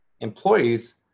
employees